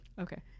okay